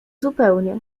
zupełnie